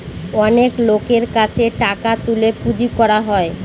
অনেক লোকের কাছে টাকা তুলে পুঁজি করা হয়